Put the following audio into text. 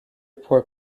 poor